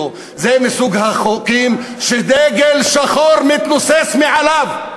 זה מסוג החוקים שדגל שחור מתנוסס מעליהם,